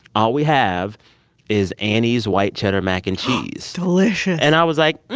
all we have is annie's white cheddar mac and cheese. delicious and i was like,